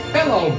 Hello